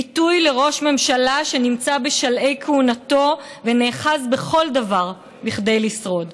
ביטוי לראש ממשלה שנמצא בשלהי כהונתו ונאחז בכל דבר כדי לשרוד.